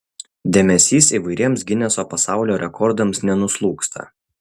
dėmesys įvairiems gineso pasaulio rekordams nenuslūgsta